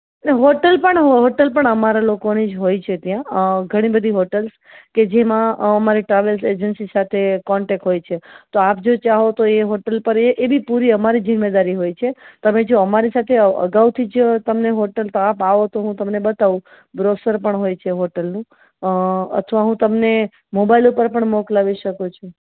hotel પણ hotel પણ અમારા લોકોની જ હોય છે ત્યાં ઘણી બધી હોટલ કે જેમાં અમારે ટ્રાવેલ્સ એજન્સી સાથે કોન્ટેક્ટ હોય છે તો આપ જો ચાહો તો એ હોટલ પર એ બી પૂરી અમારી જીમેદારી હોય છે તમે જો અમારી સાથે અગાઉથી જ તમને હોટલ આપ આવો તો હું તમને બતાવું બ્રોશર પણ હોય છે હોટલનું અથવા હું તમને મોબાઈલ ઉપર પણ મોકલાવી શકું છું